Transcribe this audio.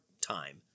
time